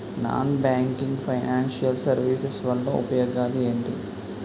Non banking financial services వల్ల ఉపయోగాలు ఎంటి?